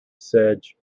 sedge